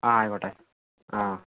ആ ആയിക്കോട്ടെ ആ